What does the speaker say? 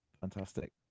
fantastic